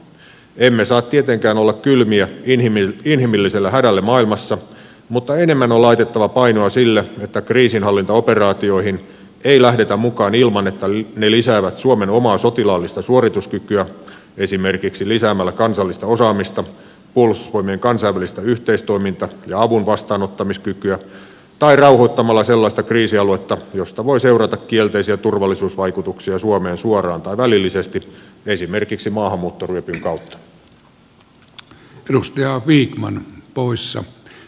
emme saa tietenkään olla kylmiä inhimilliselle hädälle maailmassa mutta enemmän on laitettava painoa sille että kriisinhallintaoperaatioihin ei lähdetä mukaan ilman että ne lisäävät suomen omaa sotilaallista suorituskykyä esimerkiksi lisäämällä kansallista osaamista tai puolustusvoimien kansainvälistä yhteistoiminta ja avunvastaanottamiskykyä tai rauhoittamalla sellaista kriisialuetta josta voi seurata kielteisiä turvallisuusvaikutuksia suomeen suoraan tai välillisesti esimerkiksi maahanmuuttoryöpyn kautta